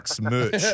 merch